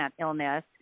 illness